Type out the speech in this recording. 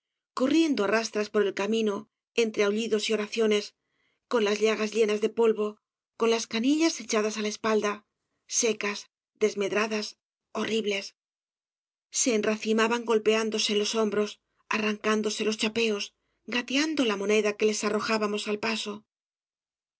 corriendo á rastras por el camino entre aullidos y oraciones con las llagas llenas de polvo con las canillas echadas á la espalda secas desmedradas horribles se enracimaban golpeándose en los hombros arrancándose los chapeos gateando la moneda que les arrojábamos al paso